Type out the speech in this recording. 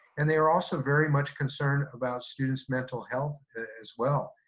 and they are also very much concerned about students' mental health, as well.